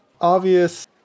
obvious